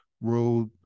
road